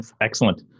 excellent